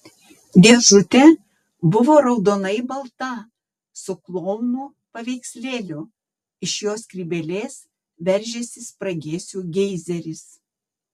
dėžutė buvo raudonai balta su klouno paveikslėliu iš jo skrybėlės veržėsi spragėsių geizeris